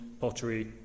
pottery